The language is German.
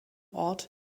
ort